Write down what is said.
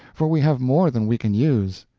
for we have more than we can use.